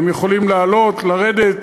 הם יכולים לעלות, לרדת.